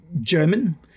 German